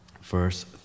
verse